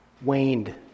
waned